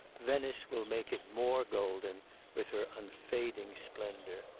venice will make it more golden with her unfading splendour.